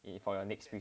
for your next week